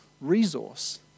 resource